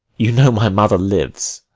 you know my mother lives.